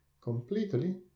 completely